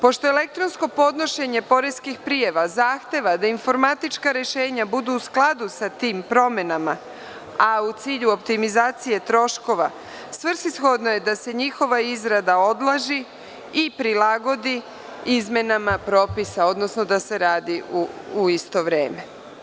Pošto elektronsko podnošenje poreskih prijava zahteva da informatička rešenja budu u skladu sa tim promenama, a u cilju optimizacije troškova, svrsishodno je da se njihova izrada odloži i prilagodi izmenama propisa, odnosno da se radi u isto vreme.